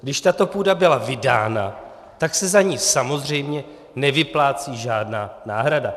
Když tato půda byla vydána, tak se za ni samozřejmě nevyplácí žádná náhrada.